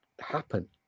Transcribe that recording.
happen